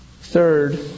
Third